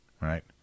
right